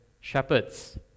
shepherds